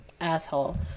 asshole